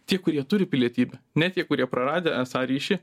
tie kurie turi pilietybę ne tie kurie praradę esą ryšį